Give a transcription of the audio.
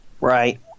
Right